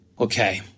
Okay